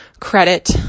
credit